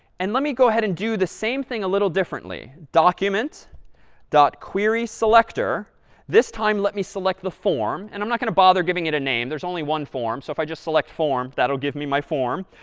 and let me go ahead and do the same thing a little differently. document queryselector this time, let me select the form. and i'm not going to bother giving it a name. there's only one form, so if i just select form, that'll give me my form.